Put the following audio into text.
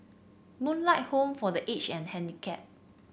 Moonlight Home for The Aged and Handicapped